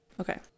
Okay